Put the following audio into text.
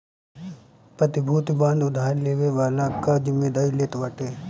प्रतिभूति बांड उधार लेवे वाला कअ जिमेदारी लेत बाटे